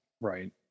Right